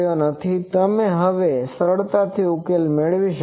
તેથી તમે હવે સરળતાથી ઉકેલ કરી શકો છો